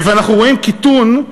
ואנחנו רואים קיטון,